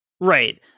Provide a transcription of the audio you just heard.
Right